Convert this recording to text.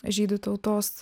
žydų tautos